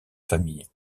famille